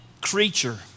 creature